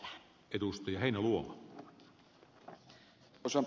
arvoisa puhemies